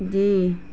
جی